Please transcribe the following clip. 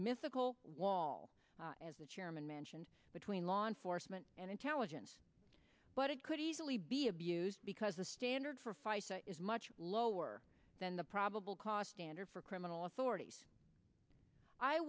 mythical wall as the chairman mentioned between law enforcement and intelligence but it could easily be because the standard is much lower than the probable cause standard for criminal authorities i